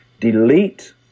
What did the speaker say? Delete